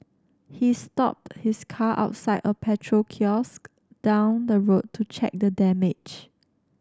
he stopped his car outside a petrol kiosk down the road to check the damage